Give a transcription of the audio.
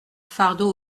fardeau